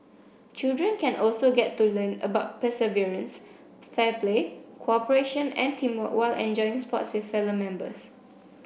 children can also get to learn about perseverance fair play cooperation and teamwork while enjoying sports with fellow members